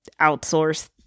outsource